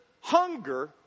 hunger